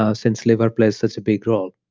ah since liver plays such a big role,